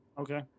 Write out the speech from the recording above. Okay